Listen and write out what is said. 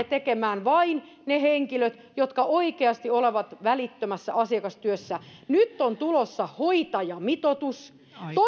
tekemään vain ne henkilöt jotka oikeasti ovat välittömässä asiakastyössä nyt on tulossa hoitajamitoitus